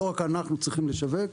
לא רק אנחנו צריכים לשווק.